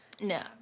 No